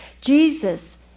Jesus